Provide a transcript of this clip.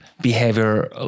behavior